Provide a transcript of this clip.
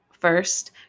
First